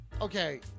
okay